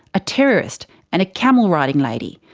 a terrorist and a camel riding lady.